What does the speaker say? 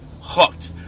hooked